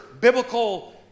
biblical